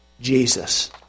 Jesus